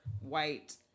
white